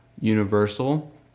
Universal